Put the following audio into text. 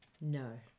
no